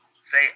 say